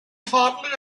hardly